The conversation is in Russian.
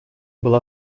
была